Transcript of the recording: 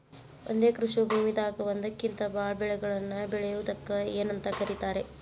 ಒಂದೇ ಕೃಷಿ ಭೂಮಿದಾಗ ಒಂದಕ್ಕಿಂತ ಭಾಳ ಬೆಳೆಗಳನ್ನ ಬೆಳೆಯುವುದಕ್ಕ ಏನಂತ ಕರಿತಾರೇ?